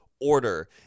order